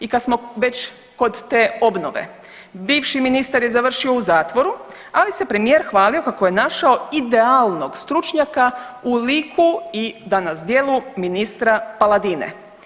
I kad smo već kod te obnove, bivši ministar je završio u zatvoru, ali se premijer hvalio kako je našao idealnog stručnjaka u liku i danas djelu ministra Paladine.